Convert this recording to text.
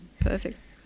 Perfect